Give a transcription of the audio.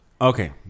Okay